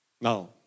Now